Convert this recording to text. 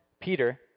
Peter